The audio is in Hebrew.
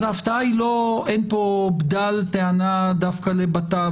אז אין פה בדל טענה דווקא לבט"פ,